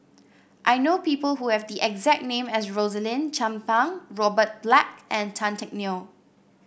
I know people who have the exact name as Rosaline Chan Pang Robert Black and Tan Teck Neo